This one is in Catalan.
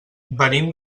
venim